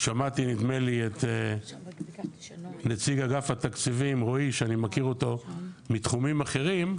שמעתי נדמה לי את נציג אגף התקציבים רועי שאני מכיר אותו מתחומים אחרים,